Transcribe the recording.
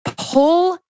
pull